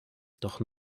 doch